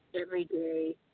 everyday